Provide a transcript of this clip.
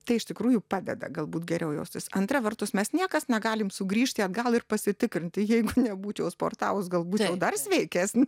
tai iš tikrųjų padeda galbūt geriau jaustis antra vertus mes niekas negalim sugrįžti atgal ir pasitikrinti jeigu nebūčiau sportavus gal būčiau dar sveikesn